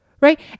right